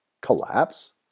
collapse